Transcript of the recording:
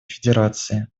федерации